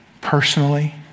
personally